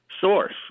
source